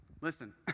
Listen